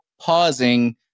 pausing